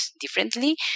differently